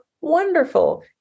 wonderful